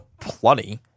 plenty